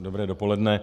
Dobré dopoledne.